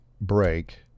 break